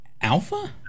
alpha